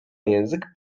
język